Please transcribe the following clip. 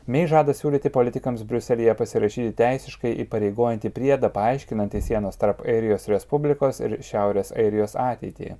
mei žada siūlyti politikams briuselyje pasirašyti teisiškai įpareigojantį priedą paaiškinanti sienas tarp airijos respublikos ir šiaurės airijos ateitį